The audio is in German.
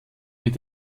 mit